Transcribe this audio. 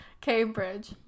Cambridge